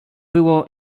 było